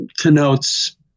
connotes